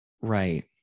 Right